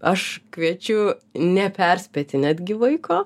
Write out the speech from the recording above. aš kviečiu neperspėti netgi vaiko